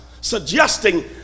suggesting